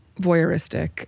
voyeuristic